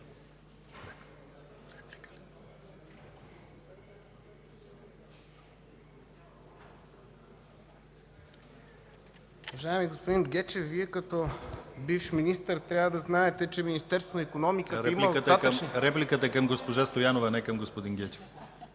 Репликата е към госпожа Стоянова, а не към господин Гечев.